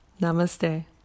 Namaste